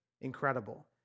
Incredible